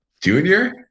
Junior